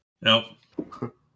Nope